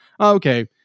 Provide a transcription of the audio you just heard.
okay